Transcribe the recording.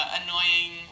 annoying